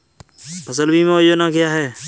फसल बीमा योजना क्या है?